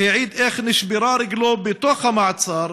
שהעיד איך נשברה רגלו בתוך המעצר,